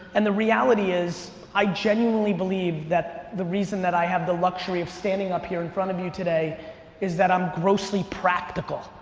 and the reality is i genuinely believe that the reason that i have the luxury of standing up here in front of you today is that i'm grossly practical.